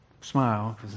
smile